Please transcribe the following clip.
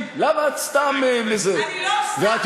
חברת הכנסת נחמיאס ורבין,